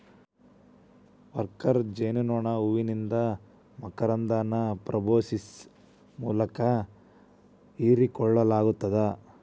worker ಜೇನನೋಣ ಹೂವಿಂದ ಮಕರಂದನ ಪ್ರೋಬೋಸಿಸ್ ಮೂಲಕ ಹೇರಿಕೋಳ್ಳಲಾಗತ್ತದ